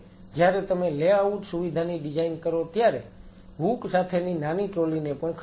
જ્યારે તમે લેઆઉટ સુવિધાની ડિઝાઈન કરો ત્યારે હુક સાથેની નાની ટ્રોલી ને પણ ખરીદો